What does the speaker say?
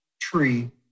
tree